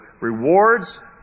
rewards